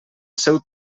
seu